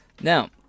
Now